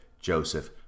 joseph